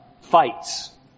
fights